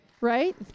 Right